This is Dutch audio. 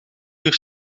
uur